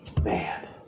man